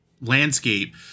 landscape